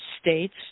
states